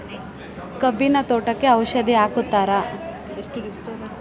ಕಬ್ಬಿನ ತೋಟಕ್ಕೆ ಔಷಧಿ ಹಾಕುತ್ತಾರಾ?